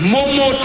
Momo